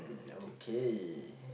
mm okay